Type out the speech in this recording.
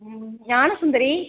Gnanasundari